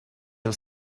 els